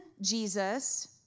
Jesus